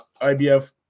IBF